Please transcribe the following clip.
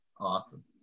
Awesome